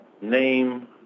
name